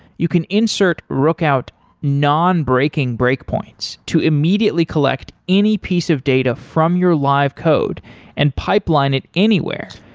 you can insert rookout non-breaking breakpoints to immediately collect any piece of data from your live code and pipeline it anywhere.